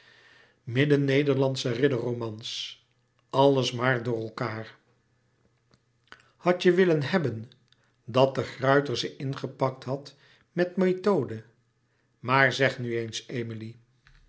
hamerling midden nederlandsche ridderromans alles maar door elkaâr hadt je willen hebben dat de gruyter ze ingepakt hadt met methode maar zeg nu eens emilie